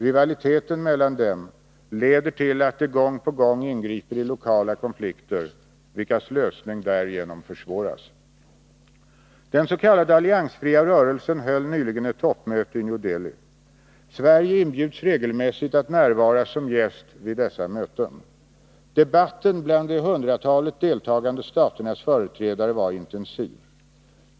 Rivaliteten mellan dem leder till att de gång på gång ingriper i lokala konflikter, vilkas lösning därigenom försvåras. Den s.k. alliansfria rörelsen höll nyligen ett toppmöte i New Delhi. Sverige inbjuds regelmässigt att närvara som gäst vid dessa möten. Debatten bland de hundratalet deltagande staternas företrädare var intensiv.